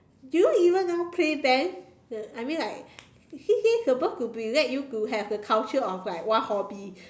do you even know play band the I mean like C_C_A suppose to be let you to have the culture of like what hobby